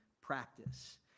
practice